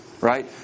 Right